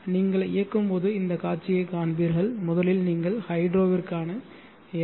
நீங்கள் இயக்கும்போதுஇந்த காட்சியைக் காண்பீர்கள் முதலில் நீங்கள் ஹைட்ரோவிற்கான எல்